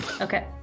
Okay